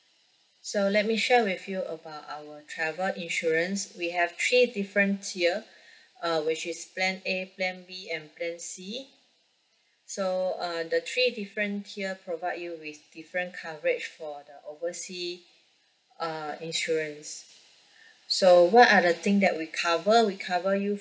so let me share with you about our travel insurance we have three different tier uh which is plan A plan B and plan C so uh the three different tier provide you with different coverage for the oversea uh insurance so what are the thing that we cover we cover you